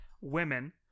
Women